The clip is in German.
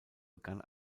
begann